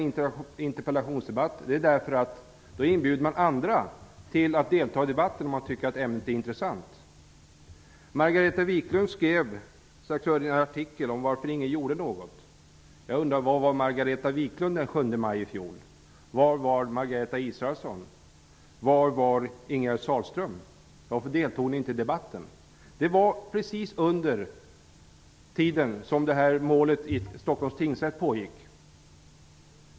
I och med att man framställer en interpellation inbjuder man andra till att delta i debatten, om de tycker att ämnet är intressant. Margareta Viklund skrev, hörde jag, en artikel om varför ingen gjorde något. Jag undrar: Margareta Israelsson? Var var Ingegerd Sahlström? Varför deltog ni inte i debatten? Det var precis under tiden som målet i Stockholms tingsrätt pågick.